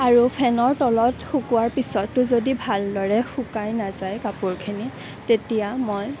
আৰু ফেনৰ তলত শুকোৱাৰ পিছতো যদি ভালদৰে শুকাই নাযায় কাপোৰখিনি তেতিয়া মই